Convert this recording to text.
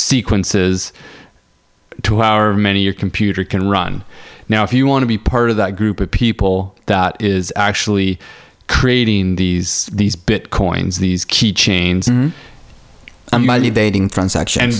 sequences to our many your computer can run now if you want to be part of that group of people that is actually creating these these bitcoins these key chains in dating friends action